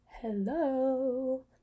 Hello